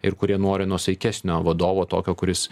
ir kurie nori nuosaikesnio vadovo tokio kuris